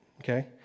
okay